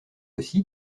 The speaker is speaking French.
aussi